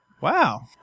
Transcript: Wow